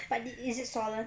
but is is it swollen